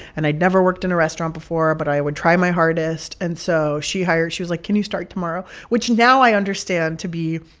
and i'd never worked in a restaurant before, but i would try my hardest. and so she hired she was like, can you start tomorrow? which now i understand to be,